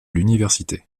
l’université